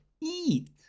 eat